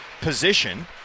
position